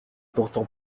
pourtant